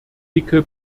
dicke